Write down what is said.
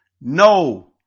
No